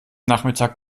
nachmittag